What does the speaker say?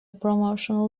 promotional